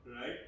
right